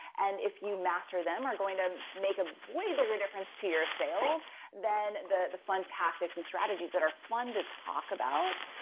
and if you master them, are going to make a way bigger difference to your sales than the the fun tactics and strategies that are fun to talk about,